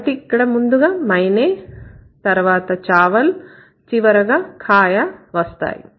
కాబట్టి ఇక్కడ ముందుగా मैंने మైనే తర్వాత चावलచావల్ చివరగా खाया ఖాయా వస్తాయి